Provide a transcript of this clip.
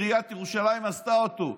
עיריית ירושלים עשתה אותו.